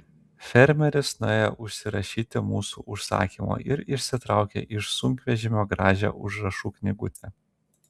fermeris nuėjo užsirašyti mūsų užsakymo ir išsitraukė iš sunkvežimio gražią užrašų knygutę